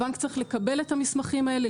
הבנק צריך לקבל את המסמכים האלה,